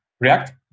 React